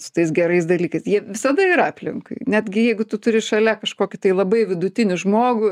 su tais gerais dalykais jie visada yra aplinkui netgi jeigu tu turi šalia kažkokį tai labai vidutinį žmogų